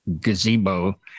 gazebo